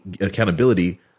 accountability